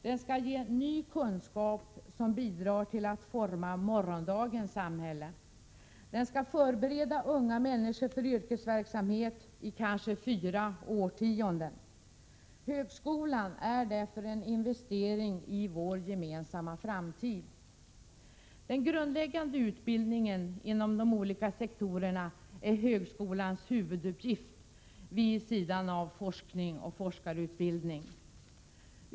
Den skall ge ny kunskap som bidrar till att forma morgondagens samhälle, och den skall förbereda unga människor för yrkesverksamhet i kanske fyra årtionden. Högskolan är därför en investering i vår gemensamma framtid. Den grundläggande utbildningen inom de olika sektorerna är högskolans huvuduppgift vid sidan om forskning och forskarutbildning.